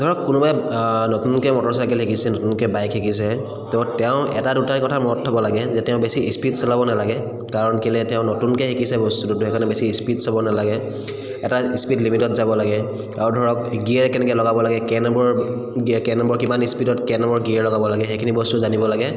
ধৰক কোনোবাই নতুনকৈ মটৰচাইকেল শিকিছে নতুনকৈ বাইক শিকিছে ত' তেওঁ এটা দুটাই কথা মনত থ'ব লাগে যে তেওঁ বেছি স্পীড চলাব নালাগে কাৰণ কেলে তেওঁ নতুনকৈ শিকিছে বস্তুটো সেইকাৰণে বেছি স্পীড চালাব নালাগে এটা স্পীড লিমিটত যাব লাগে আৰু ধৰক গিয়েৰ কেনেকৈ লগাব লাগে কেই নম্বৰ গিয়েৰ কেই নম্বৰ কিমান স্পীডত কেই নম্বৰ গিয়েৰ লগাব লাগে সেইখিনি বস্তু জানিব লাগে